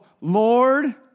Lord